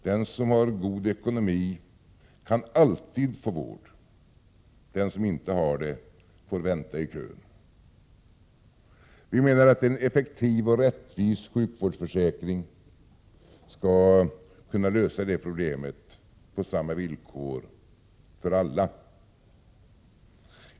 Den som har god ekonomi kan alltid få vård. Den som inte har det får vänta i kön. Vi menar att en effektiv och rättvis sjukvårdsförsäkring skall kunna lösa det problemet på samma villkor för alla.